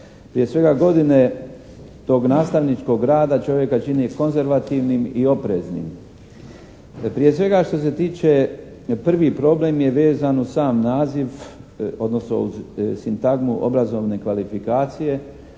Prije svega godine tog nastavničkog rada čovjeka čine i konzervativnim i opreznim. Prije svega što se tiče prvi problem je vezan uz sam naziv odnosno uz sintagmu obrazovne kvalifikacije